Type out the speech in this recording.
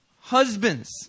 husbands